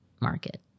market